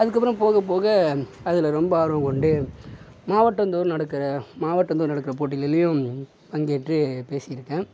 அதுக்கப்புறோம் போக போக அதில் ரொம்ப ஆர்வம் கொண்டு மாவட்டந்தோறும் நடக்கிற மாவட்டந்தோறும் நடக்கிற போட்டிகள்லையும் பங்கேற்று பேசியிருக்கேன்